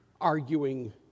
arguing